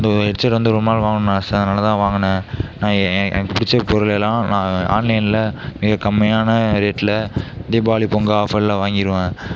இந்த ஹெட்செட் வந்து ரொம்ப நாள் வாங்கணுன்னு ஆசை அதனால் தான் வாங்கினேன் நான் எனக்கு பிடிச்ச பொருள் எல்லாம் நான் ஆன்லைனில் மிக கம்மியான ரேட்டில் தீபாவளி பொங்கல் ஆஃபரில் வாங்கிடுவேன்